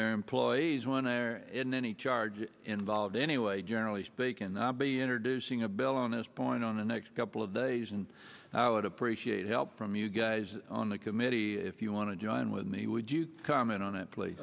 their employees want to share in any charge involved any way generally speaking and i be introducing a bill on this point on the next couple of days and i would appreciate help from you guys on the committee if you want to join with me would you comment on it